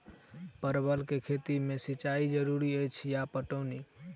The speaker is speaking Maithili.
परवल केँ खेती मे सिंचाई जरूरी अछि या पटौनी?